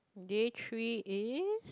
day three is